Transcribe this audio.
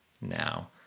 now